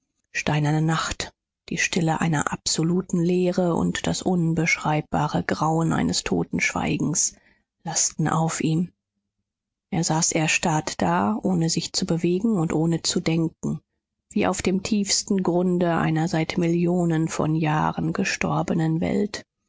steinerne nacht die stille einer absoluten leere und das unbeschreibbare grauen eines toten schweigens lasten auf ihm er saß erstarrt da ohne sich zu bewegen und ohne zu denken wie auf dem tiefsten grunde einer seit millionen von jahren gestorbenen welt